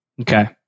Okay